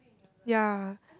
ya